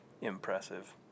Impressive